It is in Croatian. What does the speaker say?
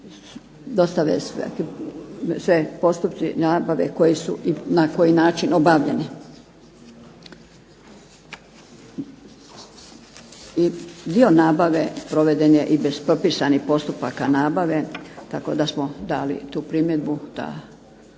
dostave svi postupci nabave koji su i na koji način obavljeni. Dio nabave proveden je i bez propisanih postupaka nabave, tako da smo dali tu primjedbu da treba